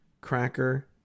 Cracker